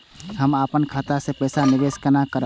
हम अपन खाता से पैसा निवेश केना करब?